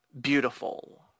beautiful